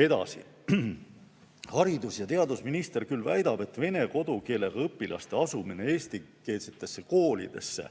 Edasi. Haridus‑ ja teadusminister küll väidab, et vene kodukeelega õpilaste minek eestikeelsetesse koolidesse